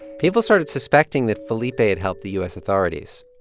people started suspecting that felipe had helped the u s. authorities.